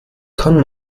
kann